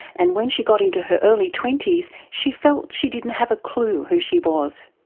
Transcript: and when she got in to her early twenty s she felt she didn't have a clue who she was.